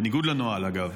בניגוד לנוהל אגב,